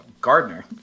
Gardner